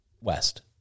West